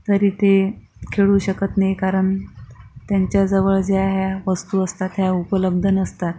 तरी ते खेळू शकत नै कारण त्यांच्याजवळ ज्या ह्या वस्तू असतात ह्या उपलब्ध नसतात